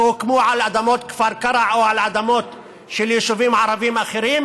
שהוקמו על אדמות כפר קרע או על אדמות של יישובים ערביים אחרים